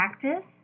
practice